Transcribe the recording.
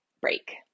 break